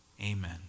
Amen